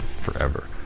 forever